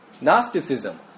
Gnosticism